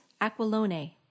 Aquilone